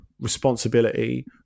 responsibility